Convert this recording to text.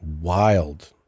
wild